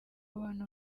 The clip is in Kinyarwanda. bantu